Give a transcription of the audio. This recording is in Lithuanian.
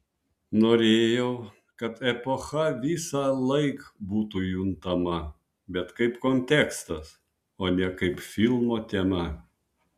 norėjau kad epocha visąlaik būtų juntama bet kaip kontekstas o ne kaip filmo tema